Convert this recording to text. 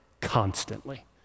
constantly